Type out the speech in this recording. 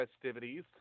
festivities